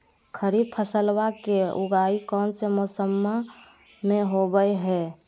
खरीफ फसलवा के उगाई कौन से मौसमा मे होवय है?